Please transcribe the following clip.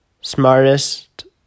smartest